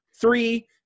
Three